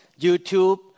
YouTube